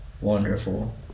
wonderful